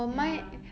ya